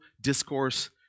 discourse